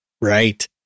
Right